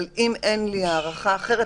אם אין לי הערכה אחרת,